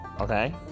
okay